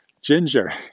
Ginger